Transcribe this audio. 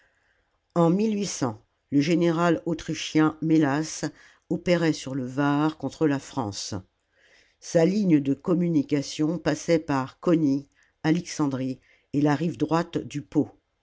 n le général autrichien mélas opérait sur le var contre la france sa ligne de communication passait par coni alexandrie et la rive droite du pô